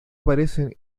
aparecen